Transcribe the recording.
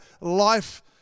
life